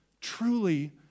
truly